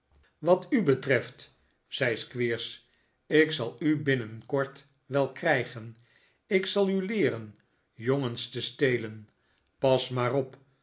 wat u betreft zei squeers ik zal u binnenkort wel krijgen ik zal u leeren jongens te stelen pas maar op